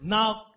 Now